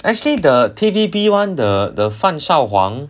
actually the T_V_B [one] the the 樊少皇